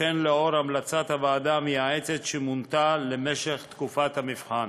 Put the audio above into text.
וכן לאור המלצת הוועדה המייעצת שמונתה למשך תקופת המבחן.